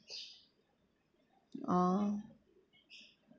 orh